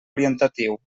orientatiu